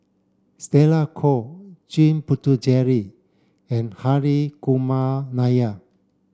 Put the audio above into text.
Stella Kon Jame Puthucheary and Hri Kumar Nair